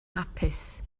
hapus